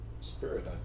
spirit